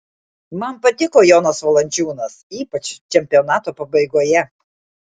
man patiko jonas valančiūnas ypač čempionato pabaigoje